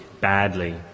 badly